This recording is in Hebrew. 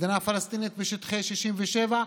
מדינה פלסטינית בשטחי 67',